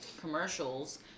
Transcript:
commercials